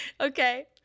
Okay